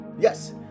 Yes